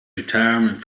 retirement